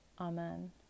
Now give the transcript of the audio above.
Amen